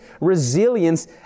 resilience